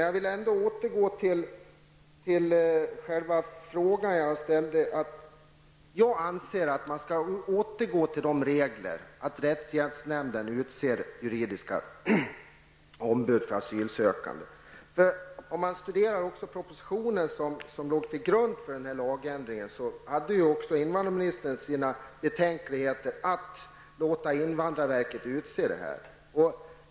Jag anser alltså att man bör återgå till de regler som innebär att rättshjälpsnämnden utser juridiska ombud för asylsökande. Studerar man propositionen som låg till grund för lagändringen finner man att invandrarministern hyste betänkligheter att överlåta det hela på invandrarverket.